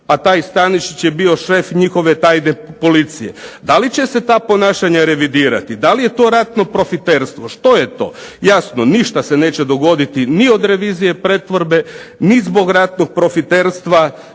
a taj Stanišić je bio šef njihove tajne policije. Da li će se ta ponašanja revidirati? Da li je to ratno profiterstvo? Što je to? Jasno ništa se neće dogoditi ni od revizije pretvorbe, ni zbog ratnog profiterstva